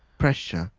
pressure,